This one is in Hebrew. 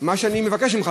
מה שאני מבקש ממך,